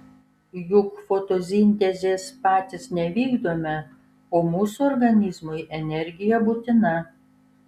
juk fotosintezės patys nevykdome o mūsų organizmui energija būtina